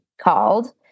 called